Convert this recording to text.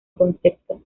concepto